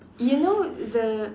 you know the